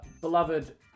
beloved